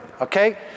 okay